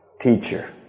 teacher